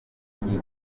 nyinshi